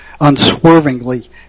unswervingly